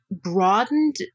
broadened